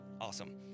awesome